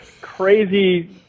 crazy